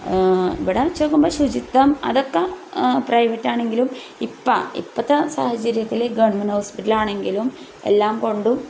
ഇവിടെ വച്ചുനോക്കുമ്പോൾ ശുചിത്വം അതൊക്കെ പ്രൈവറ്റ് ആണെങ്കിലും ഇപ്പം ഇപ്പോഴത്തെ സാഹചര്യത്തിൽ ഗവൺമെൻറ് ഹോസ്പിറ്റലാണെങ്കിലും എല്ലാം കൊണ്ടും